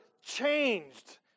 changed